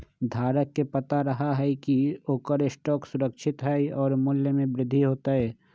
धारक के पता रहा हई की ओकर स्टॉक सुरक्षित हई और मूल्य में वृद्धि होतय